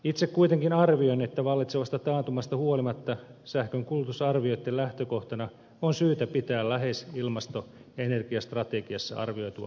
itse kuitenkin arvioin että vallitsevasta taantumasta huolimatta sähkönkulutusarvioitten lähtökohtana on syytä pitää lähes ilmasto ja energiastrategiassa arvioitua tasoa